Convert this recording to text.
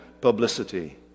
publicity